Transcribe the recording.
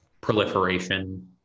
proliferation